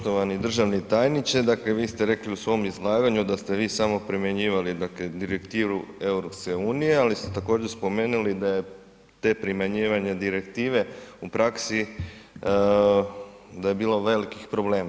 Poštovani državni tajniče dakle vi ste rekli u svom izlaganju da ste vi samo primjenjivali dakle Direktivu EU, ali ste također spomenuli da je to primjenjivanje direktive u praksi da je bilo velikih problema.